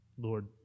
Lord